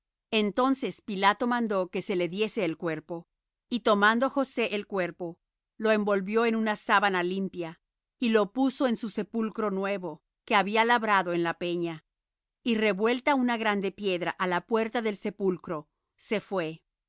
entonces pilato mandó que se le diese el cuerpo y tomando josé el cuerpo lo envolvió en una sábana limpia y lo puso en su sepulcro nuevo que había labrado en la peña y revuelta una grande piedra á la puerta del sepulcro se fué y